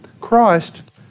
Christ